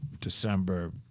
December